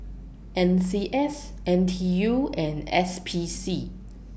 N C S N T U and S P C